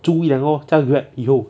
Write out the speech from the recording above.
租一辆 lor 驾 grab 以后